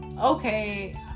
okay